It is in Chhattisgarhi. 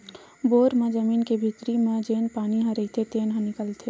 बोर म जमीन के भीतरी म जेन पानी ह रईथे तेने ह निकलथे